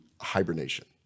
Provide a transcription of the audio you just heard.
hibernation